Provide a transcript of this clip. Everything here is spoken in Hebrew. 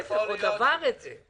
להיפך, עוד עבר את זה.